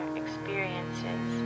experiences